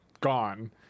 gone